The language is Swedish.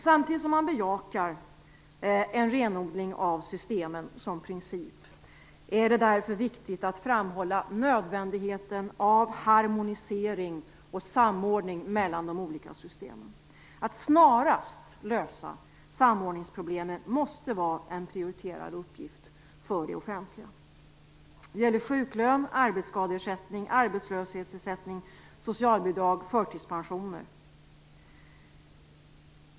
Samtidigt som man bejakar en renodling av systemen som princip är det därför viktigt att framhålla nödvändigheten av harmonisering och samordning mellan de olika systemen. Att snarast lösa samordningsproblemen måste vara en prioriterad uppgift för det offentliga. Detta gäller sjuklön, arbetsskadeersättning, arbetslöshetsersättning, socialbidrag och förtidspensioner.